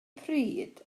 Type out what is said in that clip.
pryd